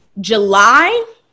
July